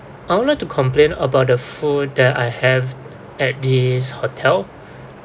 I would like to complain about the food there I have at this hotel